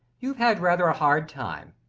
you've had rather a hard time.